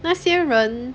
那些人